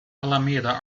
alameda